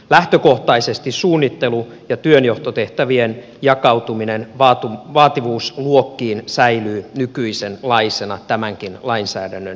lähtökohtaisesti suunnittelu ja työnjohtotehtävien jakautuminen vaativuusluokkiin säilyy nykyisenlaisena tämänkin lainsäädännön jälkeen